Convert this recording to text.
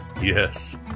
yes